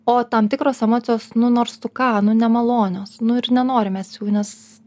o tam tikros emocijos nu nors tu ką nu nemalonios nu ir nenorim mes jų nes